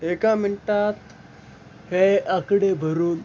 एका मिनटात हे आकडे भरून